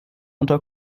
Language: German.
unter